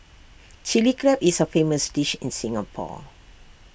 Chilli Crab is A famous dish in Singapore